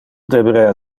deberea